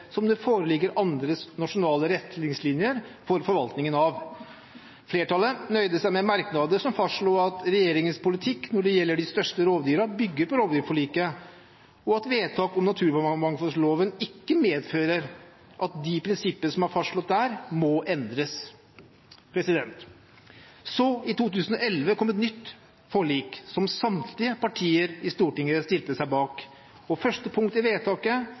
som det foreligger andre nasjonale retningslinjer for forvaltningen av. Flertallet nøyde seg med merknader som fastslo at regjeringens politikk når det gjelder de største rovdyrene, bygger på rovdyrforliket, og at vedtak om naturmangfoldloven ikke medfører at de prinsipper som er fastslått der, må endres. Så i 2011 kom et nytt forlik som samtlige partier i Stortinget stilte seg bak. Første punkt i vedtaket